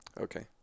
Okay